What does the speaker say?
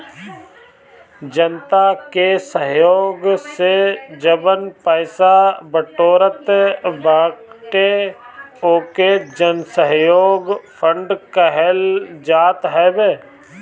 जनता के सहयोग से जवन पईसा बिटोरात बाटे ओके जनसहयोग फंड कहल जात हवे